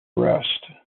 rest